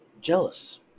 jealous